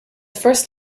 first